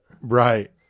Right